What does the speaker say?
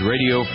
Radio